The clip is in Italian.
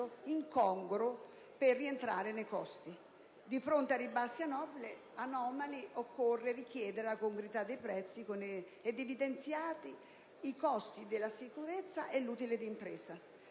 incongruo per rientrare nei costi. Di fronte a ribassi anomali, occorre chiedere la congruità dei prezzi con evidenziati i costi della sicurezza e l'utile d'impresa.